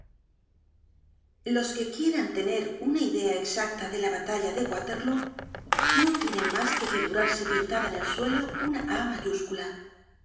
los que quieran tener una idea exacta de la batalla de water loo no tienen mas que figurarse pintada en el suelo una a mayúscula